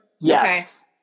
Yes